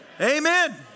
Amen